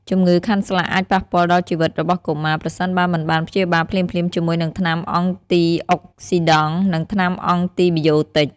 ជំងឺខាន់ស្លាក់អាចប៉ះពាល់ដល់ជីវិតរបស់កុមារ ប្រសិនបើមិនបានព្យាបាលភ្លាមៗជាមួយនឹងថ្នាំអង់ទីអុកស៊ីដង់ និងថ្នាំអង់ទីប៊ីយោទិច។